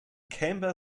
camber